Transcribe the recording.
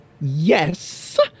Yes